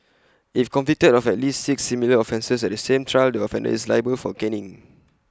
if convicted of at least six similar offences at the same trial the offender is liable for caning